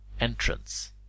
entrance